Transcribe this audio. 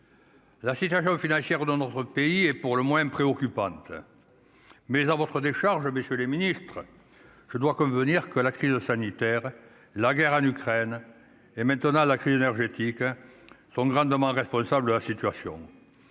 la situation financière dans notre pays et pour le moins préoccupante mais à votre décharge, messieurs les Ministres, je dois convenir que la crise sanitaire, la guerre en Ukraine et maintenant la crise énergétique sont grandement responsables la situation